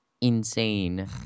insane